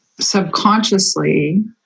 Subconsciously